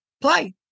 Play